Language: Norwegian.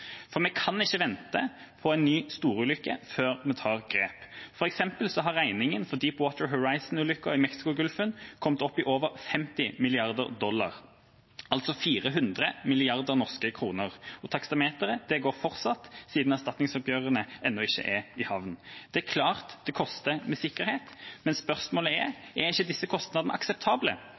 For eksempel har regningen for Deepwater Horizon-ulykken i Mexicogolfen kommet opp i over 50 mrd. dollar – altså 400 mrd. norske kroner – og taksameteret går fortsatt, siden erstatningsoppgjørene ennå ikke er i havn. Det er klart det koster med sikkerhet, men spørsmålet er: Er ikke disse kostnadene akseptable,